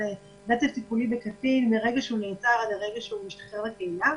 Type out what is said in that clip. רצף טיפול בקטין מרגע שהוא נעצר עד הרגע שהוא משתחרר לקהילה.